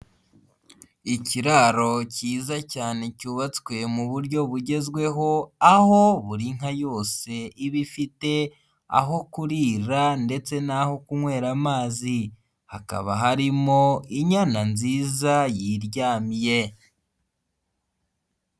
Ikiraro cyiza cyane cyubatswe mu buryo bugezweho aho buri nka yose iba ifite aho kurira ndetse naho kunywera amazi, hakaba harimo inyana nziza y'iryamiye.